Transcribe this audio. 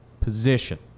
position